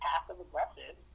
passive-aggressive